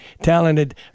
talented